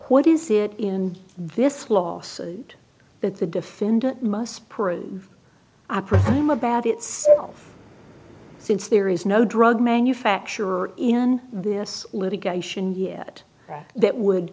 what is it in this lawsuit that the defendant must prove i presume a bad itself since there is no drug manufacturer in this litigation yet that would